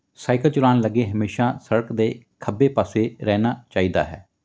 cycle ਚਲਾਉਣ ਲੱਗੇ ਹਮੇਸ਼ਾਂ ਸੜਕ ਦੇ ਖੱਬੇ ਪਾਸੇ ਰਹਿਣਾ ਚਾਹੀਦਾ ਹੈ